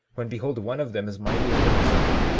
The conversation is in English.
when behold one of them is mightier than us all?